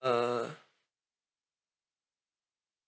uh